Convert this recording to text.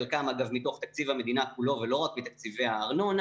חלקם אגב מתוך תקציב המדינה כולו ולא רק מתקציבי הארנונה.